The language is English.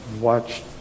watch